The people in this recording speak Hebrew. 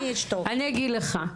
אני אגיד לך.